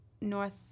North